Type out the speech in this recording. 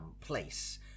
place